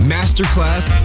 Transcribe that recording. Masterclass